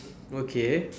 okay